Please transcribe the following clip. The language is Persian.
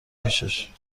پیشش